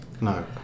No